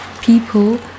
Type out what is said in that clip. people